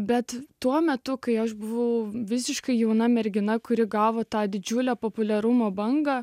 bet tuo metu kai aš buvau visiškai jauna mergina kuri gavo tą didžiulę populiarumo bangą